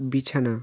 বিছানা